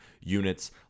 units